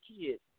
kids